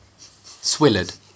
Swillard